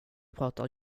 pratar